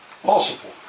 possible